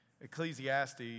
Ecclesiastes